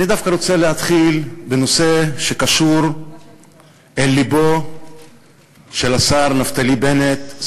אני דווקא רוצה להתחיל בנושא שקשור אל לבו של השר נפתלי בנט,